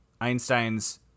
Einstein's